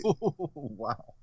wow